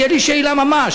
תהיה לי שאלה ממש.